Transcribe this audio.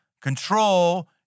control